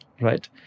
Right